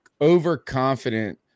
overconfident